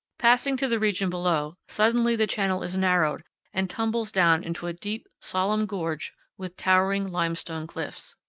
passing to the region below, suddenly the channel is narrowed and tumbles down into a deep, solemn gorge with towering limestone cliffs.